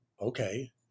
okay